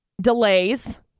delays